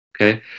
Okay